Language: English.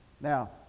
Now